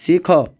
ଶିଖ